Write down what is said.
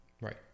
Right